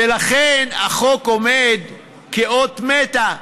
ולכן החוק עומד כאות מתה,